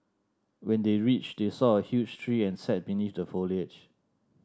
when they reached they saw a huge tree and sat beneath the foliage